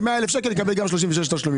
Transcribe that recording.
ו-100,000 שקל יקבל גם 36 תשלומים.